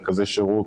מרכזי שירות,